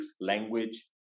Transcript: language